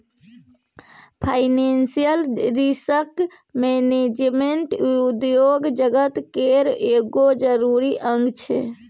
financial risk management उद्योग जगत केर एगो जरूरी अंग छै